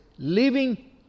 living